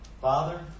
Father